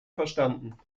verstanden